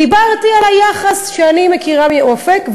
דיברתי על היחס שאני מכירה מאופק.